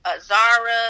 Zara